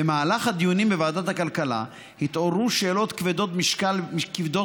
במהלך הדיונים בוועדת הכלכלה התעוררו שאלות כבדות משקל